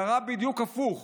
קרה בדיוק הפוך: